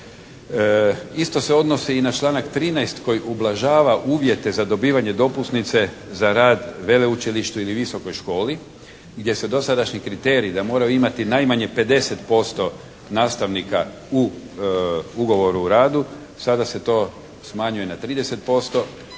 Isto se odnosi i na članak 13. koji ublažava uvjete za dobivanje dopusnice za rad na veleučilišta ili visokoj školi gdje se dosadašnji kriterij da mora imati najmanje 50% nastavnika u ugovoru o radu, sada se to smanjuje na 30%